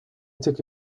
took